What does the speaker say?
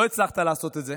לא הצלחת לעשות את זה,